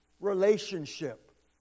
relationship